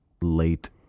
late